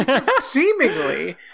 Seemingly